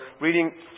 reading